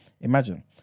Imagine